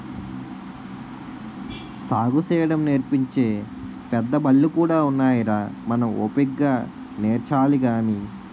సాగుసేయడం నేర్పించే పెద్దబళ్ళు కూడా ఉన్నాయిరా మనం ఓపిగ్గా నేర్చాలి గాని